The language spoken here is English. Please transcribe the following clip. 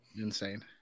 insane